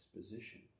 disposition